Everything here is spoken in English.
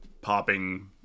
popping